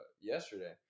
yesterday